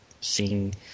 seeing